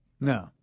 No